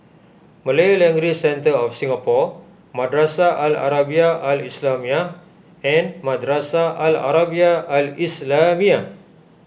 Malay Language Centre of Singapore Madrasah Al Arabiah Al Islamiah and Madrasah Al Arabiah Al Islamiah